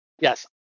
yes